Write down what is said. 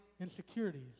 insecurities